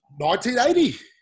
1980